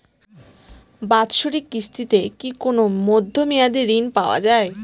বাৎসরিক কিস্তিতে কি কোন মধ্যমেয়াদি ঋণ পাওয়া যায়?